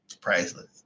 priceless